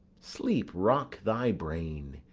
sleep rock thy brain,